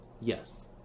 Yes